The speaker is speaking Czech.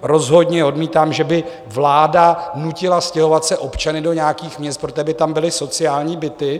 Rozhodně odmítám, že by vláda nutila stěhovat se občany do nějakých měst, protože by tam byly sociální byty.